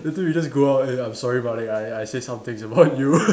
later you just go out eh I'm sorry Malek I I said some things about you